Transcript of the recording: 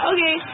Okay